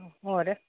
ਹੋਰ